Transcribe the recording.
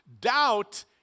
Doubt